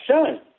Son